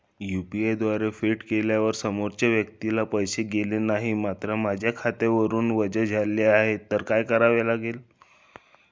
UPI द्वारे फेड केल्यावर समोरच्या व्यक्तीला पैसे गेले नाहीत मात्र माझ्या खात्यावरून वजा झाले तर काय करावे?